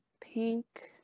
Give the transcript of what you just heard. pink